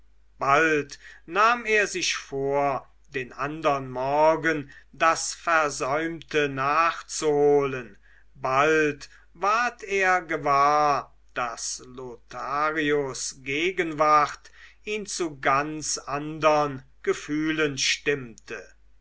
bald nahm er sich vor den andern morgen das versäumte nachzuholen bald ward er gewahr daß lotharios gegenwart ihn zu ganz andern gefühlen stimmte